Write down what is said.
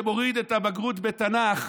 שמוריד את הבגרות בתנ"ך,